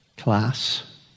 class